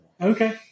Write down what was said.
okay